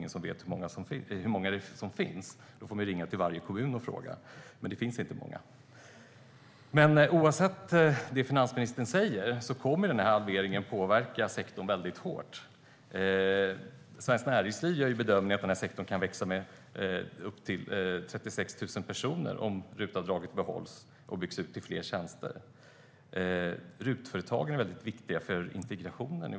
Ingen vet hur många det finns, och för att få reda på det får man ringa till varje kommun. Men det finns inte många. Oavsett vad finansministern säger kommer halveringen att påverka sektorn hårt. Svenskt Näringsliv gör bedömningen att sektorn kan växa med så mycket som 36 000 personer om RUT-avdraget behålls och byggs ut med fler tjänster. RUT-företagen är viktiga för integrationen.